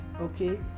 okay